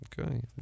Okay